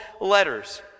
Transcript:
letters